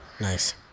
Nice